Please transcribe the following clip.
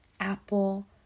Apple